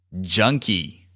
Junkie